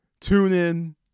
TuneIn